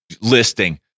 listing